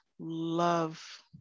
love